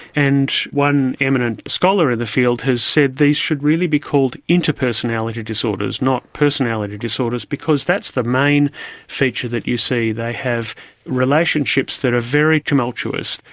and one eminent scholar in the field has said these should really be called interpersonality disorders not personality disorders disorders because that's the main feature that you see, they have relationships that are very tumultuous,